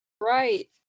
Right